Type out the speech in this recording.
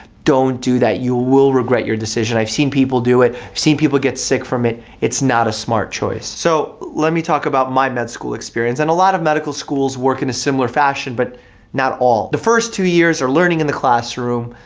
don't do that, you will regret your decision, i've seen people do it, seen people get sick from it, it's not a smart choice. so let me talk about my med school experience, and a lot of medical schools work in a similar fashion but not all. the first two years are learning in the classroom,